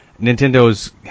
Nintendo's